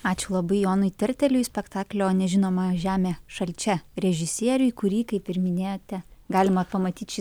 ačiū labai jonui terteliui spektaklio nežinoma žemė šalčia režisieriui kurį kaip ir minėjote galima pamatyt šį